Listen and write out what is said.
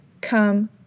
come